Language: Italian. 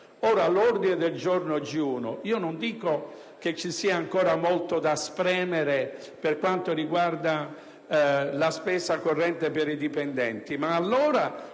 dipendente del Senato. Non dico che ci sia ancora molto da spremere per quanto riguarda la spesa corrente per i dipendenti, ma allora